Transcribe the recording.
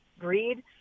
greed